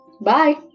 bye